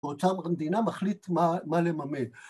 ‫באותה מדינה מחליט מה לממד.